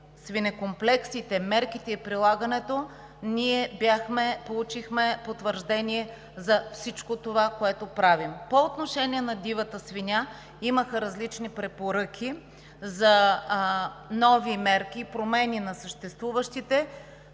свинекомплексите, мерките и прилагането получихме потвърждение за всичко това, което правим. По отношение на дивата свиня имаха различни препоръки за нови мерки и промени на съществуващите,